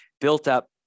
built-up